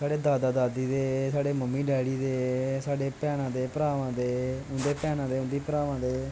साढ़ा दादा दादी दे साढ़ा मम्मी डौड़ी दे ते साढ़े घैनां दे भ्रामां दे उंदी भैनां दे उंदी भ्रामां दे